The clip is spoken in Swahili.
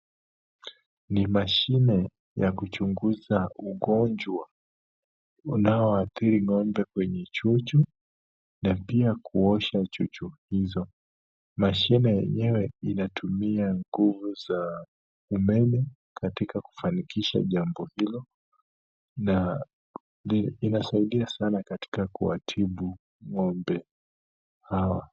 Ni mashine yakuchunguza ugonjwa unaoathiri ng'ombe kwenye chuchu na pia kuosha chuchu hizo. Mashine yenyewe inatumia nguvu za umeme katika kufanikisha jambo hilo na inasaidia sana katika kuwatibu ngombe hawa.